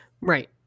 right